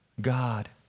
God